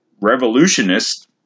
revolutionists